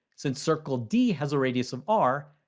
since circle d has a radius of r.